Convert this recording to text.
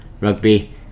rugby